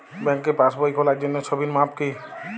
ব্যাঙ্কে পাসবই খোলার জন্য ছবির মাপ কী?